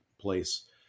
place